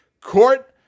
court